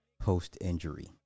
post-injury